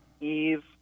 Eve